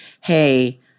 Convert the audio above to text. hey